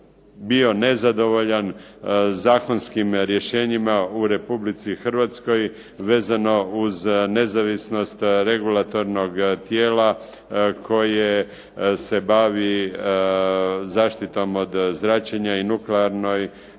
bio nezadovoljan zakonskim rješenjima u Republici Hrvatskoj vezano uz nezavisnost regulatornog tijela koje se bavi zaštitom od zračenja i nuklearnoj